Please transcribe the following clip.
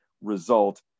result